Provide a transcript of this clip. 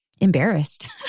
Embarrassed